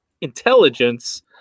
intelligence